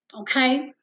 okay